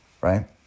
right